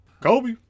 Kobe